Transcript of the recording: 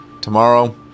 Tomorrow